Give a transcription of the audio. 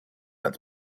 and